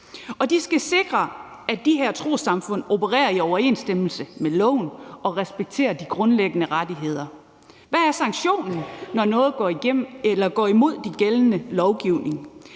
de skal sikre, at de her trossamfund opererer i overensstemmelse med loven og respekterer de grundlæggende rettigheder. Hvad er sanktionen, når noget går imod den gældende lovgivning?